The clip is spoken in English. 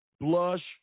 blush